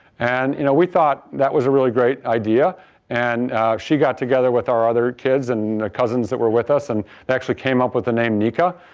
and, you know we thought that was a really great idea and she got together with our other kids and cousins that were with us and they actually came up with the name nika.